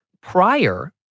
Prior